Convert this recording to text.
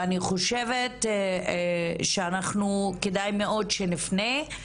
ואני חושבת שאנחנו כדאי מאוד שנפנה,